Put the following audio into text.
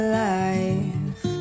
life